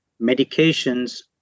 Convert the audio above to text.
medications